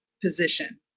position